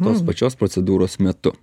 tos pačios procedūros metu